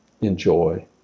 enjoy